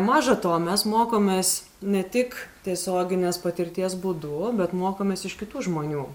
maža to mes mokomės ne tik tiesioginės patirties būdu bet mokomės iš kitų žmonių